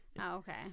okay